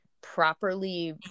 properly